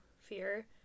fear